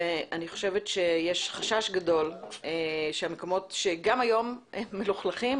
ואני חושבת שיש חשש גדול שהמקומות שגם היום מלוכלכים,